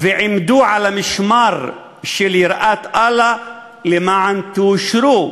ועמדו על המשמר של יראת אללה, למען תאושרו.